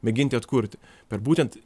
mėginti atkurti per būtent